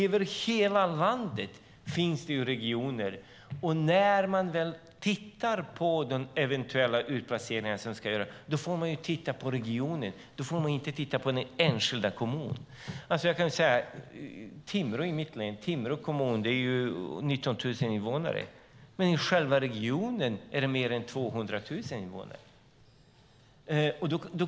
Över hela landet finns det regioner. När man väl tittar på den eventuella utplaceringen som ska ske får man titta på regionen och inte på den enskilda kommunen. I mitt hemlän har Timrå kommun 19 000 invånare. Men i själva regionen är det mer än 200 000 invånare.